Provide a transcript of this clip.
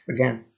again